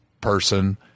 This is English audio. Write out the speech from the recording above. person